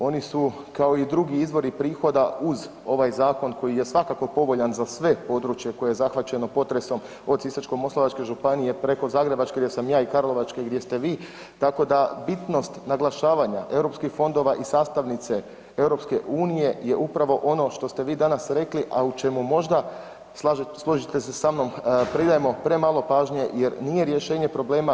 Oni su kao i drugi izvori prihoda uz ovaj zakon koji je svakako povoljan za sve područje koje je zahvaćeno potresom od Sisačko-moslavačke županije preko Zagrebačke gdje sam ja i Karlovačke gdje ste vi, tako da bitnost naglašavanja europskih fondova i sastavnice EU je upravo ono što ste vi danas rekli, a u čemu možda složite se sa mnom, pridajemo premalo pažnje jer nije rješenje problema.